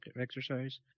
exercise